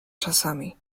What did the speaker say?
czasami